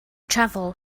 travel